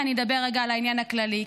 ואני אדבר רגע על העניין הכללי.